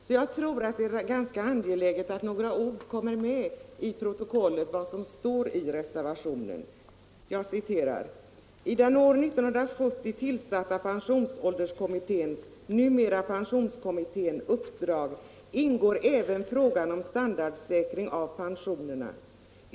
Jag tror därför att det är angeläget att några ord av det som står i utskottets betänkande kommer med i protokollet: ”I den år 1970 tillsatta pensionsålderskommitténs uppdrag ingår även frågan om standardsäkring av pensionerna.